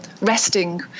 resting